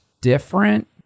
different